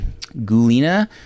Gulina